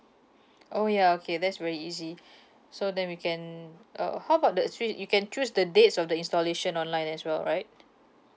oh ya okay that's very easy so then we can uh how about that's mean you can choose the dates of the installation online as well right